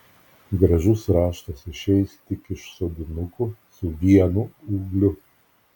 gražus raštas išeis tik iš sodinukų su vienu ūgliu